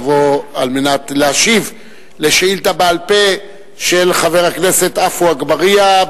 על מנת להשיב על שאילתא בעל-פה של חבר הכנסת עפו אגבאריה,